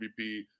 MVP –